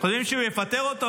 חושבים שהוא יפטר אותו?